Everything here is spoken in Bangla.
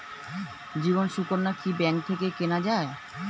জীবন সুকন্যা কি ব্যাংক থেকে কেনা যায়?